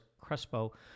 Crespo